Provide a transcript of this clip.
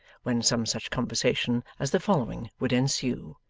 when some such conversation as the following would ensue.